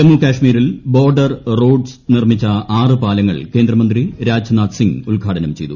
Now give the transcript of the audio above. ജമ്മുകശ്മീരിൽ ്ട്ബോർഡർ റോഡ്സ് നിർമ്മിച്ച ആറ് പാലങ്ങൾ കേന്ദ്രിക്മ്പ്തി രാജ്നാഥ്സിംഗ് ഉദ്ഘാടനം ചെയ്തു